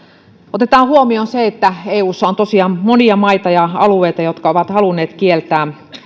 otetaan huomioon se että eussa on tosiaan monia maita ja alueita jotka ovat halunneet kieltää